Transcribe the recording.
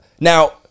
now